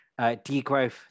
degrowth